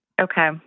Okay